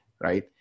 right